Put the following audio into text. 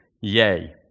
Yay